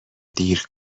دیر